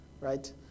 Right